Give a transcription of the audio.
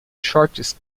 shorts